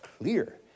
clear